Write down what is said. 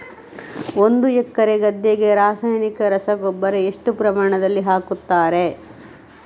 ಒಂದು ಎಕರೆ ಗದ್ದೆಗೆ ರಾಸಾಯನಿಕ ರಸಗೊಬ್ಬರ ಎಷ್ಟು ಪ್ರಮಾಣದಲ್ಲಿ ಹಾಕುತ್ತಾರೆ?